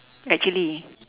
actually